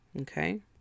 Okay